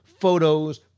photos